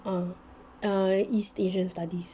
uh err east asian studies